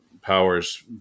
Power's